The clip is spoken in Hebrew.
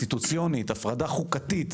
קונסטיטוציונית, חוקתית,